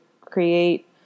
create